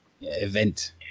event